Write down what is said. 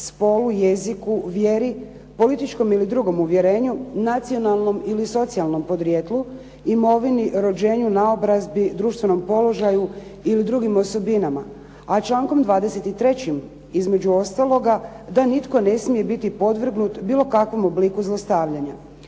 spolu, jeziku, vjeri, političkom ili drugom uvjerenju, nacionalnom ili socijalnom podrijetlu, imovini, rođenju, naobrazbi, društvenom položaju i u drugim osobinama a članom 23. između ostaloga da nitko ne smije biti podvrgnut bilo kakvom obliku zlostavljanja.